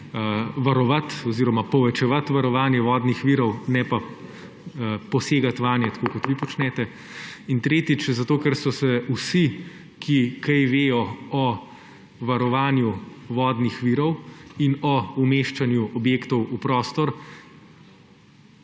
varovati oziroma povečevati varovanje vodnih virov, ne pa posegati vanje, tako kot vi počnete. In tretjič, zato ker so se vsi, ki kaj vedo o varovanju vodnih virov in o umeščanju objektov v prostor